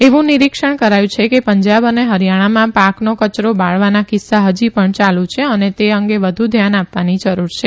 એવુ નીરીક્ષણ કરાયું છે કે પંજાબ અને હરીયાણામાં પાકનો કચરો બાળવાના કિસ્સા હજી પણ ચાલુ છે અને તે અંગે વધુ ધ્યાન આપવાની જરૂર છે